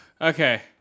Okay